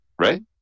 right